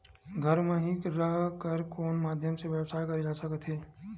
घर म हि रह कर कोन माध्यम से व्यवसाय करे जा सकत हे?